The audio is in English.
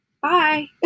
bye